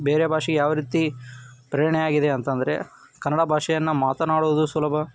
ಬೇರೆ ಭಾಷೆ ಯಾವ ರೀತಿ ಪ್ರೇರಣೆಯಾಗಿದೆ ಅಂತಂದರೆ ಕನ್ನಡ ಭಾಷೆಯನ್ನು ಮಾತನಾಡುವುದು ಸುಲಭ